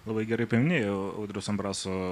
labai gerai pilnėjai audriaus ambraso